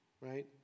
right